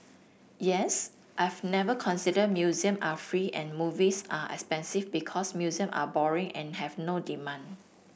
yes I've never considered museum are free and movies are expensive because museum are boring and have no demand